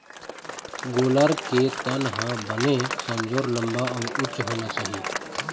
गोल्लर के तन ह बने संजोर, लंबा अउ उच्च होना चाही